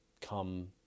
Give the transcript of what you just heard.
Come